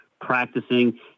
practicing